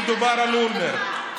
כשדובר על אולמרט.